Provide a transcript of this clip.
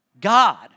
God